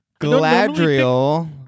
Gladriel